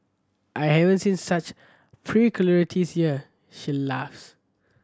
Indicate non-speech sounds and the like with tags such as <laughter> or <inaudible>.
I haven't seen such <unintelligible> here she laughs